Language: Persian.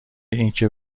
اینکه